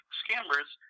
scammers